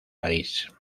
parís